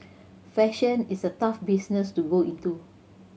fashion is a tough business to go into